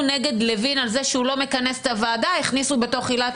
נגד לוין על זה שהוא לא מכנס את הוועדה הכניסו בתוך עילת